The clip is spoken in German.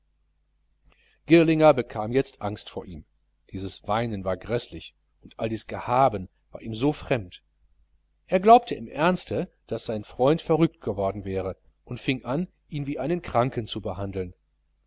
girlinger bekam jetzt angst vor ihm dieses weinen war gräßlich und all dies gehaben war ihm so fremd er glaubte im ernste daß sein freund verrückt geworden wäre und fing an ihn wie einen kranken zu behandeln